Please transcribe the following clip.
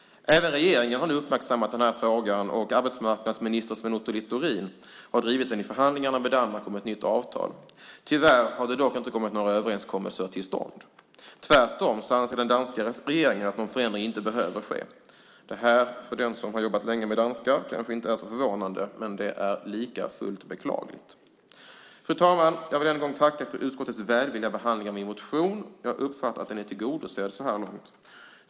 Även regeringen har nu uppmärksammat denna fråga, och arbetsmarknadsminister Sven Otto Littorin har drivit den i förhandlingarna med Danmark om ett nytt avtal. Tyvärr har det dock inte kommit några överenskommelser till stånd. Tvärtom anser den danska regeringen att någon förändring inte behöver ske. För den som har jobbat länge med danskar är det kanske inte så förvånande, men det är likafullt beklagligt. Fru talman! Jag vill än en gång tacka för utskottets välvilliga behandling av min motion. Jag uppfattar att den är tillgodosedd så här långt.